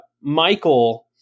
Michael